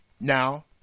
Now